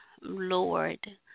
Lord